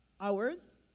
hours